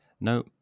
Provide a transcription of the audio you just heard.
No